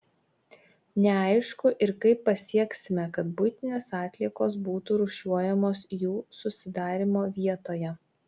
neaišku ir kaip pasieksime kad buitinės atliekos būtų rūšiuojamos jų susidarymo vietoje